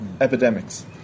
epidemics